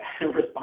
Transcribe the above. response